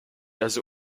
also